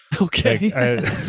Okay